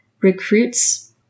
recruits